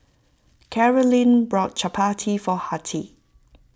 Carolyn bought Chapati for Hattie